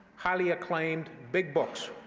highly acclaimed big books,